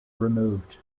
removed